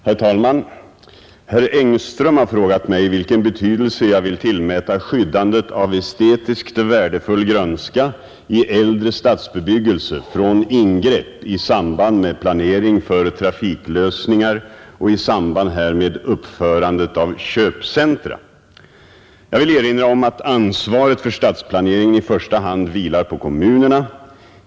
Herr talman! Herr Engström har frågat mig vilken betydelse jag vill tillmäta skyddandet av estetiskt värdefull grönska i äldre stadsbebyggelse från ingrepp i samband med planering för trafiklösningar och i samband härmed uppförandet av köpcentra. Jag vill erinra om att ansvaret för stadsplaneringen i första hand vilar på kommunerna.